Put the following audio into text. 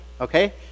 Okay